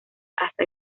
hasta